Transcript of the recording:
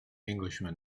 englishman